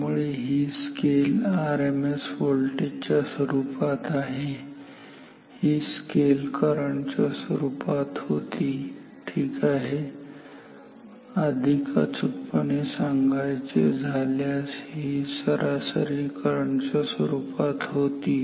त्यामुळे ही scale RMS voltage च्या स्वरूपात आहे ही स्केल करंट च्या स्वरूपात होती ठीक आहे अधिक अचूकपणे सांगायचे झाल्यास ही सरासरी करंट च्या स्वरूपात होती